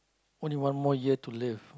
only one more year to live